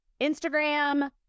Instagram